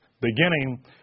beginning